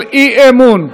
של אי-אמון.